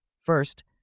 First